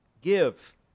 give